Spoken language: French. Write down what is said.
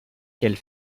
qu’elle